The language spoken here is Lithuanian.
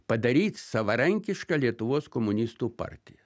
padaryt savarankišką lietuvos komunistų partiją